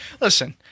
Listen